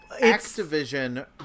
Activision